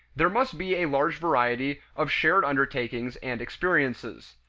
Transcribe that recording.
there must be a large variety of shared undertakings and experiences.